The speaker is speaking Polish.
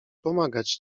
pomagać